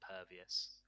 Impervious